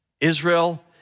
Israel